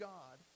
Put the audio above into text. God